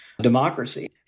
democracy